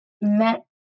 met